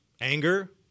anger